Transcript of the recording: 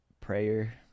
prayer